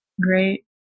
great